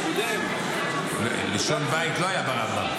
זה קודם --- לשון בית לא היה ברמב"ם.